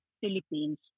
Philippines